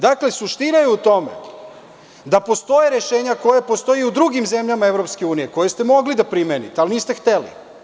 Dakle, suština je u tome da postoje rešenja koja postoje u drugim zemljama EU, koje ste mogli da primenite, a niste hteli.